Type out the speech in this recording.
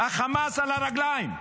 החמאס על הרגליים,